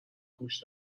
گوش